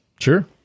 Sure